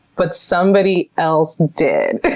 but somebody else did.